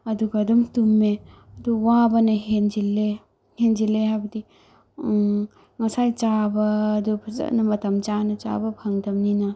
ꯑꯗꯨꯒ ꯑꯗꯨꯝ ꯇꯨꯝꯃꯦ ꯑꯗꯨ ꯋꯥꯕꯅ ꯍꯦꯟꯖꯤꯜꯂꯦ ꯍꯦꯟꯖꯤꯜꯂꯦ ꯍꯥꯏꯕꯗꯤ ꯉꯁꯥꯏ ꯆꯥꯕꯗꯣ ꯐꯖꯅ ꯃꯇꯝ ꯆꯥꯅ ꯆꯥꯕ ꯐꯒꯗꯕꯅꯤꯅ